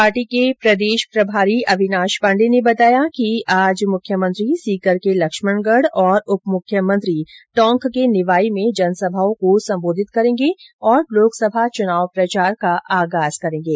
party के प्रदेश प्रभारी अविनाश पांडे ने बताया कि आज मुख्यमंत्री सीकर के लक्ष्मणगढ़ और उप मुख्यमंत्री टोंक के निवाई में जनसभाओं को संबोधित करेंगे और लोकसभा चुनाव प्रचार का आगाज करेंगे